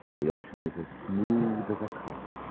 the ocean is as smooth as a carpet